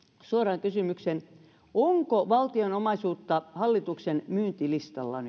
suoran kysymyksen onko valtion omaisuutta hallituksen myyntilistalla